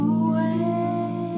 away